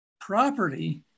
property